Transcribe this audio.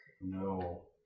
No